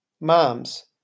mom's